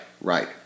right